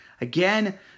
Again